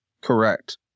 Correct